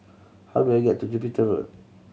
how do I get to Jupiter Road